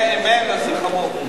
אם אין, זה חמור.